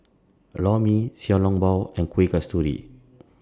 Lor Mee Xiao Long Bao and Kuih Kasturi